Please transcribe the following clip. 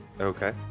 okay